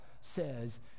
says